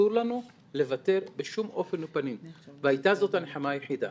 לוותר בשום אופן ופנים והייתה זאת הנחמה היחידה.